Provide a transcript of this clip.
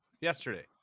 yesterday